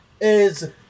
is-